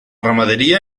ramaderia